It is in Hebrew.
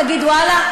תגיד: ואללה,